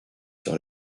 sur